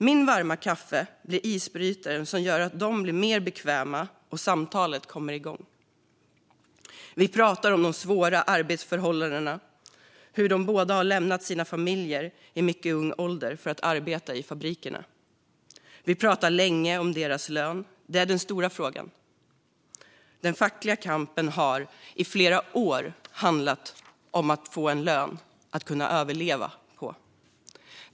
Mitt varma kaffe blir isbrytaren som gör att de blir mer bekväma, och samtalet kommer igång. Vi pratar om de svåra arbetsförhållandena och hur de båda har lämnat sina familjer i mycket ung ålder för att arbeta i fabrikerna. Vi pratar länge om deras lön; det är den stora frågan. Den fackliga kampen har i flera år handlat om att få en lön som man kan överleva på.